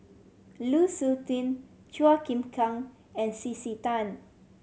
Lu Suitin Chua Chim Kang and C C Tan